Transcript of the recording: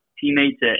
teammates